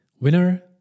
Winner